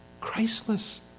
Christless